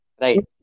right